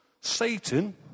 Satan